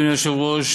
אדוני היושב-ראש,